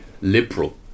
liberal